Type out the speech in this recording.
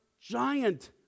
giant